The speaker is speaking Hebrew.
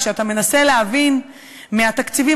כשאתה מנסה להבין מהתקציבים,